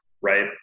right